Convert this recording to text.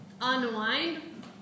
unwind